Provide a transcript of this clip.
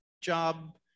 job